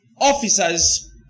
officers